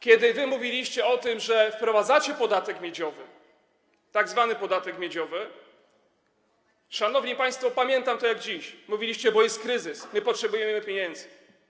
Kiedy informowaliście o tym, że wprowadzacie podatek miedziowy, tzw. podatek miedziowy, szanowni państwo, pamiętam to jak dziś, mówiliście: bo jest kryzys, my potrzebujemy pieniędzy.